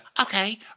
okay